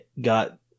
got